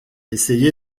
essayé